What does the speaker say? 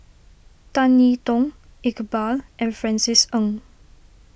Tan I Tong Iqbal and Francis Ng